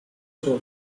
suo